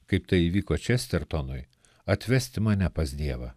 kaip tai įvyko čestertonui atvesti mane pas dievą